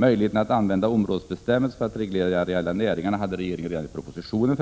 Möjligheterna att använda områdesbestämmelser för att reglera de areella näringarna hade regeringen förändrat redan i propositionen.